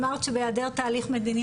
אבל בהעדר תהליך מדיני